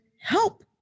help